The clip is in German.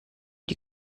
die